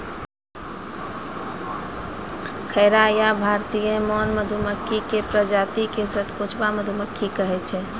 खैरा या भारतीय मौन मधुमक्खी के प्रजाति क सतकोचवा मधुमक्खी कहै छै